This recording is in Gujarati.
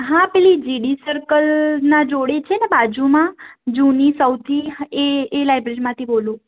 હા પેલી જે ડી સર્કલના જોડે છેને બાજુમાં જૂની સૌથી એ એ લાયબ્રેરીમાંથી બોલું